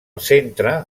centre